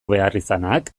beharrizanak